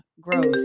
growth